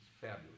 fabulous